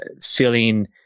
feeling